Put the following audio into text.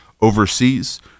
overseas